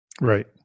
Right